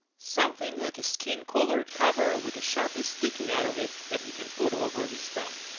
something like a skin colored cover, with a sharpie sticking out of it, that he can put over his thumb.